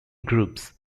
groups